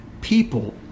people